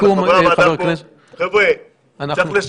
אנחנו חייבים לפעול במקצועיות ובשקיפות.